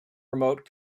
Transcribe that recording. remote